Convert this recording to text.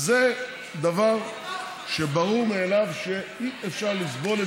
זה דבר שברור מאליו שאי-אפשר לסבול,